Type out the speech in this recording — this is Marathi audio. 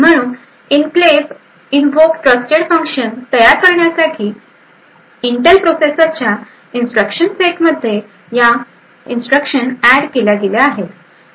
म्हणून एन्क्लेव्ह इनव्होक ट्रस्टेड फंक्शन तयार करण्यासाठी इंटेल प्रोसेसरच्या इन्स्ट्रक्शन सेटमध्ये या या इन्स्ट्रक्शन ऍड केल्या गेल्या आहेत